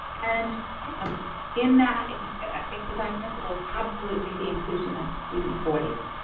and um in that design principles, absolutely, the inclusion of student voice.